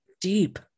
deep